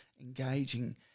engaging